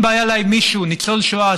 אם בא אליי מישהו ניצול שואה,